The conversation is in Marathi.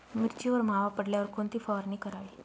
मिरचीवर मावा पडल्यावर कोणती फवारणी करावी?